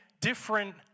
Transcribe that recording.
different